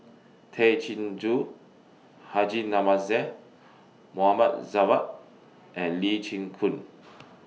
Tay Chin Joo Haji Namazie Mohd Javad and Lee Chin Koon